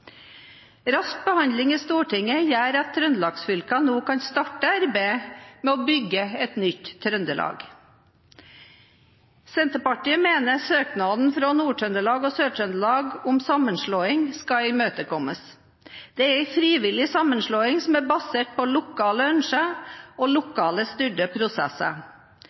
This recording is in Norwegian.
Rask behandling i Stortinget gjør at Trøndelags-fylkene nå kan starte arbeidet med å bygge et nytt Trøndelag. Senterpartiet mener søknaden fra Nord-Trøndelag og Sør-Trøndelag om sammenslåing skal imøtekommes. Det er en frivillig sammenslåing som er basert på lokale ønsker og